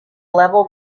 level